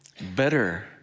Better